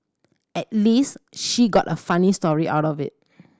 at least she got a funny story out of it